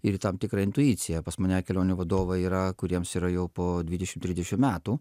ir tam tikrą intuiciją pas mane kelionių vadovai yra kuriems yra jau po dvidešim trisdešim metų